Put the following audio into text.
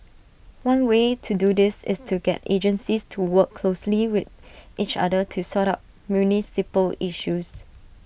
one way to do this is to get agencies to work closely with each other to sort out municipal issues